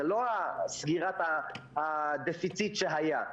זה לא סגירת הדפיציט שהיה,